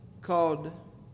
called